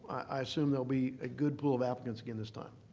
i assume there will be a good pool of applicants again this time.